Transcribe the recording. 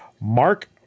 Mark